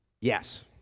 Yes